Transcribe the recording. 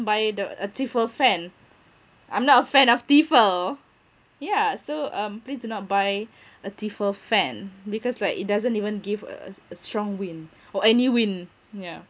buy the a tefal fan I'm not a fan of tefal yeah so um please do not buy a tefal fan because like it doesn't even give a a a strong wind or any wind yeah